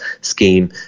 Scheme